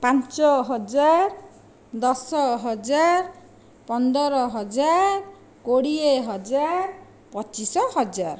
ପାଞ୍ଚ ହଜାର ଦଶ ହଜାର ପନ୍ଦର ହଜାର କୋଡ଼ିଏ ହଜାର ପଚିଶି ହଜାର